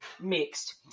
mixed